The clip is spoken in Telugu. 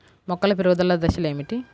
మొక్కల పెరుగుదల దశలు ఏమిటి?